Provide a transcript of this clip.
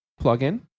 plugin